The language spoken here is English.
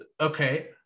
Okay